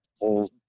old